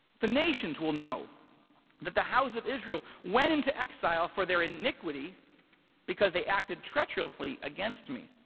the nations will know that the house of israel went into exile for their iniquity because they acted treacherously against me,